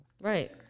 right